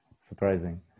Surprising